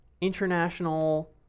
international